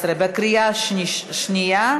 2017, בקריאה שנייה.